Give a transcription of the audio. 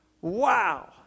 Wow